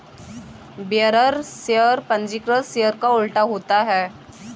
bearer share पंजीकृत share का उल्टा होता है